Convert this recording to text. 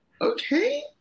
okay